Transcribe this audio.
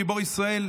גיבור ישראל,